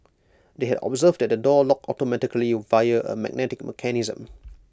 they had observed that the door locked automatically via A magnetic mechanism